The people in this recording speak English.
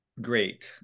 great